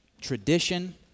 tradition